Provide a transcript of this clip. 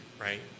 right